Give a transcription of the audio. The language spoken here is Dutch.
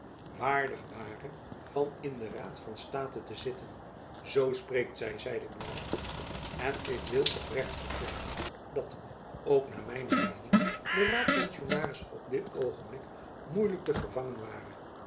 waardig ware van in den raad van state te zitten zoo spreekt zy zeide buat en ik wil oprecht verklaren dat ook naar mijne meening de raadpensionaris op dit oogenblik moeilijk te vervangen ware